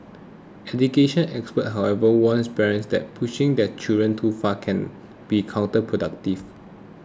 education experts however warn parents that pushing their children too far can be counterproductive